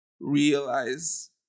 realize